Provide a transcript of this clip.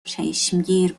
چشمگیر